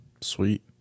Sweet